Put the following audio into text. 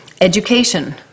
Education